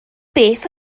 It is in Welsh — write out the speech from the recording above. beth